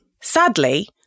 Sadly